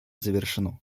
завершено